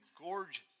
gorgeous